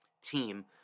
team